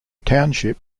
township